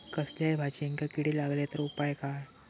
कसल्याय भाजायेंका किडे लागले तर उपाय काय?